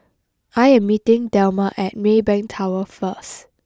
I am meeting Delmar at Maybank Tower first